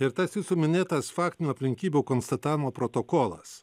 ir tas jūsų minėtas faktinių aplinkybių konstatavimo protokolas